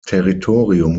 territorium